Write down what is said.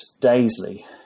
Daisley